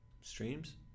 streams